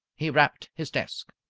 he rapped his desk.